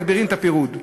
מגבירים את הפירוד.